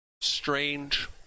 Strange